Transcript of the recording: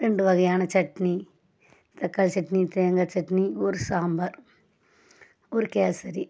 ரெண்டு வகையான சட்னி தக்காளி சட்னி தேங்காய் சட்னி ஒரு சாம்பார் ஒரு கேசரி